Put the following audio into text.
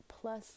plus